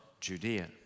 Judea